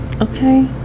Okay